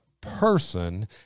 person